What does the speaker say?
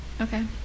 Okay